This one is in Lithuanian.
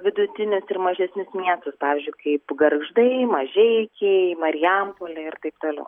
vidutinius ir mažesnius miestus pavyzdžiui kaip gargždai mažeikiai marijampolė ir taip toliau